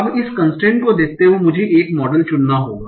अब इस कन्स्ट्रेन्ट को देखते हुए मुझे 1 मॉडल चुनना होगा